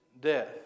death